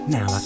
Now